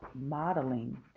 Modeling